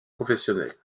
professionnels